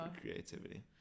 creativity